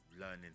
learning